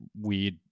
weird